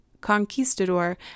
Conquistador